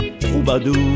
troubadour